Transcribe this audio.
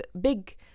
big